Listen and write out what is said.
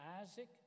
Isaac